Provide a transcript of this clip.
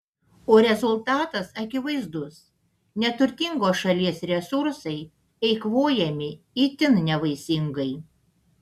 o rezultatas akivaizdus neturtingos šalies resursai eikvojami itin nevaisingai